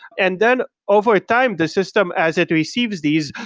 and then over time the system, as it receives these,